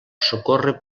socórrer